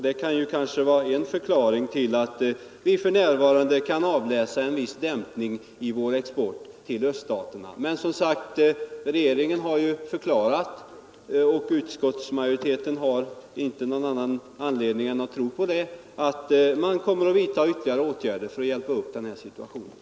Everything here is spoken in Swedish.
Detta kan också förklara att vi för närvarande kan avläsa en viss dämpning i vår export till öststaterna. Men regeringen har som sagt förklarat — och utskottsmajoriteten har inte någon anledning att inte tro på det — att man kommer att vidta ytterligare åtgärder för att hjälpa upp situationen.